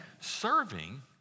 serving